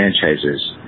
franchises